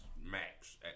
max